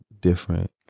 different